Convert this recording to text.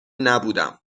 نبودم